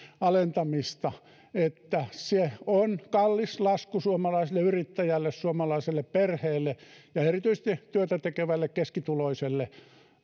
alentamista että se on kallis lasku suomalaiselle yrittäjälle suomalaiselle perheelle ja erityisesti työtä tekevälle keskituloiselle